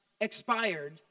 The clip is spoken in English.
expired